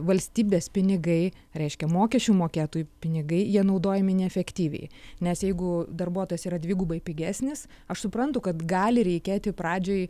valstybės pinigai reiškia mokesčių mokėtojų pinigai jie naudojami neefektyviai nes jeigu darbuotojas yra dvigubai pigesnis aš suprantu kad gali reikėti pradžioj